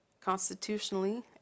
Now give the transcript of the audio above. constitutionally